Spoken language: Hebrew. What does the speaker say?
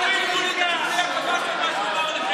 מה עם המובטלים?